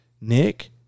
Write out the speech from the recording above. Nick